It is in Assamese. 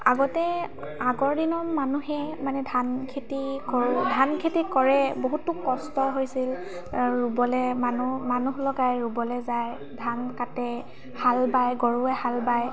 আগতে আগৰ দিনৰ মানুহে মানে ধান খেতি কৰি ধান খেতি কৰে বহুতো কষ্ট হৈছিল আৰু ৰুবলৈ মানুহ মানুহ লগায় ৰুবলৈ যায় ধান কাটে হাল বায় গৰুৱে হাল বায়